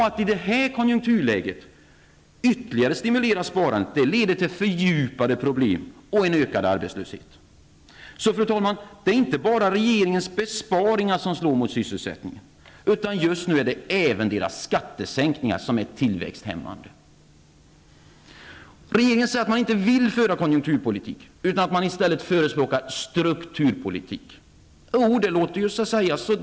Att i detta konjunkturläge ytterligare stimulera sparandet leder till fördjupade problem och en ökad arbetslöshet. Fru talman! Det är inte bara regeringens besparingar som slår mot sysselsättningen, utan just nu är även dess skattesänkningar tillväxthämmande. Regeringen säger att man inte vill föra någon konjunkturpolitik utan att man i stället förespråkar strukturpolitik. Det låter tjusigt.